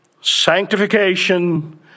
sanctification